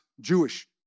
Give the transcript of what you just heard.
Jewish